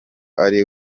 ari